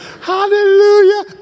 Hallelujah